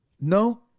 No